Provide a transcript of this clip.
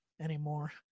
anymore